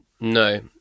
No